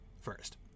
first